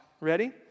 Ready